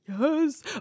yes